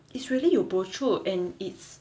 it's really 有 protrude and it's